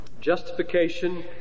Justification